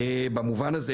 במובן הזה,